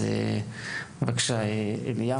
אז בבקשה, איליה